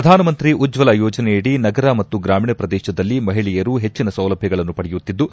ಪ್ರಧಾನಮಂತ್ರಿ ಉಜ್ವಲ ಯೋಜನೆಯಡಿ ನಗರ ಮತ್ತು ಗ್ರಾಮೀಣ ಪ್ರದೇಶದಲ್ಲಿ ಮಹಿಳೆಯರು ಹೆಚ್ಚನ ಸೌಲಭ್ಯಗಳನ್ನು ಪಡೆಯುತ್ತಿದ್ದು